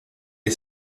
est